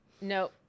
No